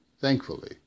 Thankfully